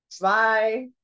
Bye